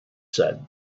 said